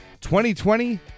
2020